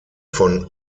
von